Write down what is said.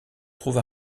trouve